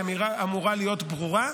היא אמורה להיות ברורה.